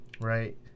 Right